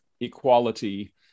equality